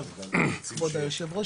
כבוד יושב הראש,